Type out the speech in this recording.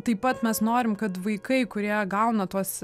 taip pat mes norim kad vaikai kurie gauna tuos